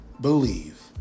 believe